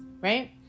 right